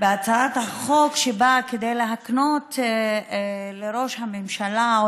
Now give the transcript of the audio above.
הצעת חוק שבאה להקנות לראש הממשלה,